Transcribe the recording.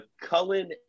Cullen